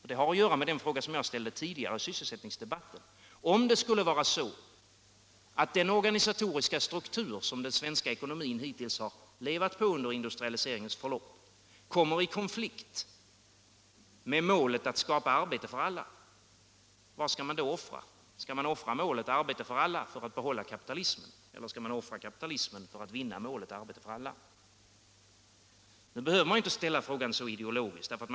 Detta har att göra med den fråga jag ställde tidigare i sysselsättningsdebatten: Om det skulle vara så att den organisatoriska struktur som den svenska ekonomin hittills levat med under industrialiseringens förlopp kommer i konflikt med målet att skapa arbete för alla, vad skall man då offra? Skall man offra målet arbete åt alla för att behålla kapitalismen? Eller skall man offra kapitalismen för att vinna målet arbete åt alla? Nu behöver man inte ställa frågan så ideologiskt.